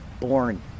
born